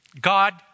God